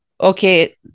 okay